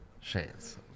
Chance